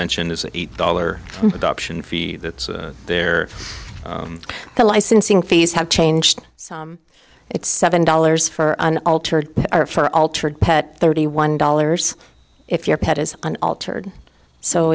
mentioned is a dollar from adoption fee that's there the licensing fees have changed so it's seven dollars for an altered or for altered pet thirty one dollars if your pet is an altered so